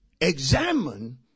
examine